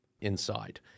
inside